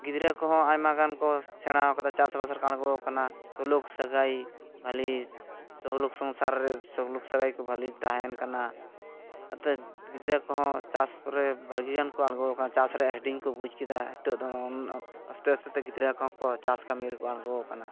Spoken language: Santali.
ᱜᱤᱫᱽᱨᱟᱹ ᱠᱚᱦᱚᱸ ᱟᱭᱢᱟᱜᱟᱱ ᱠᱚ ᱥᱮᱬᱟ ᱟᱠᱟᱫᱟ ᱪᱟᱥᱵᱟᱥ ᱨᱮᱠᱚ ᱟᱲᱜᱳ ᱟᱠᱟᱱᱟ ᱥᱩᱞᱩᱠ ᱥᱟᱹᱜᱟᱹᱭ ᱵᱷᱟᱹᱞᱤ ᱥᱩᱞᱩᱠ ᱥᱚᱝᱥᱟᱨ ᱨᱮ ᱥᱩᱞᱩᱠ ᱥᱟᱹᱜᱟᱹᱭᱠᱚ ᱵᱷᱟᱹᱞᱤ ᱛᱟᱦᱮᱱᱠᱟᱱᱟ ᱟᱫᱚ ᱜᱤᱫᱽᱨᱟᱹ ᱠᱚᱦᱚᱸ ᱪᱟᱥᱠᱚᱨᱮ ᱵᱷᱟᱹᱜᱤᱜᱟᱱ ᱠᱚ ᱟᱲᱜᱳ ᱟᱠᱟᱱᱟ ᱪᱟᱥᱨᱮ ᱦᱮᱰᱤᱝᱠᱚ ᱵᱩᱡᱷ ᱠᱮᱫᱟ ᱦᱤᱛᱚᱜ ᱫᱚ ᱟᱥᱛᱮ ᱟᱥᱛᱮᱛᱮ ᱜᱤᱫᱽᱨᱟᱹ ᱠᱚᱦᱚᱸ ᱠᱚ ᱪᱟᱥ ᱠᱟᱹᱢᱤ ᱨᱮᱠᱚ ᱟᱲᱜᱳ ᱟᱠᱟᱱᱟ